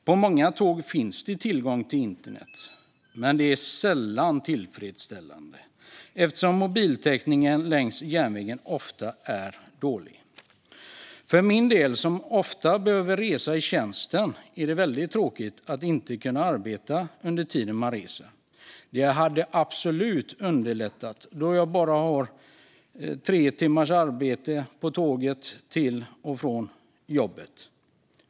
På många tåg finns tillgång till internet, men den är sällan tillfredsställande eftersom mobiltäckningen längs järnvägen ofta är dålig. Jag behöver ofta resa i tjänsten, och för min del är det tråkigt att inte kunna arbeta under resan. Det hade absolut underlättat, då jag har tre timmars tågresa i vardera riktningen till och från jobbet.